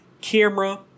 camera